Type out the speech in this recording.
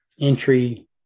entry